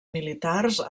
militars